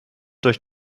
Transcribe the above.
durch